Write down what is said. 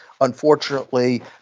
Unfortunately